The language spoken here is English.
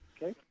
Okay